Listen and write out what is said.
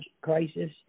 crisis